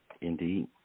Indeed